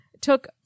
took